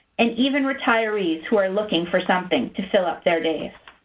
and even retirees who are looking for something to fill up their days.